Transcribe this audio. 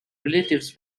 relatives